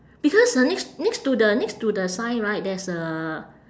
because uh next next to the next to the sign right there's a